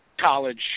college